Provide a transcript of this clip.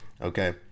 Okay